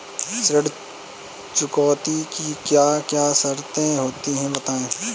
ऋण चुकौती की क्या क्या शर्तें होती हैं बताएँ?